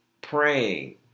praying